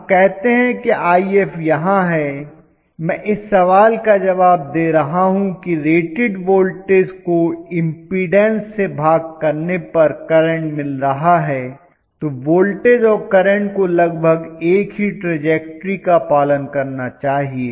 हम कहते हैं कि If यहां है मैं इस सवाल का जवाब दे रहा हूं कि रेटेड वोल्टेज को इम्पीडन्स से भाग करने पर करंट मिल रहा है तो वोल्टेज और करंट को लगभग एक ही ट्रजेक्टरी का पालन करना चाहिए